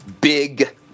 Big